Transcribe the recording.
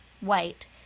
white